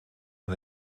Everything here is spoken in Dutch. met